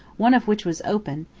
one of which was open,